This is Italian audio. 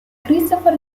christopher